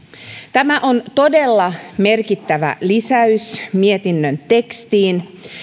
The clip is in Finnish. tämä on todella merkittävä lisäys mietinnön tekstiin